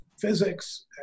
physics